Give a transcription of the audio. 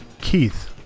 Keith